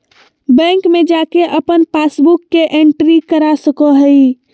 bank में जाके अपन पासबुक के एंट्री करा सको हइ